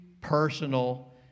personal